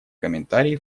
комментарии